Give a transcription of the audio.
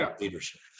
leadership